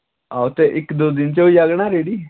हा ते इक दो दिन च होई जाह्ग ना रड़ी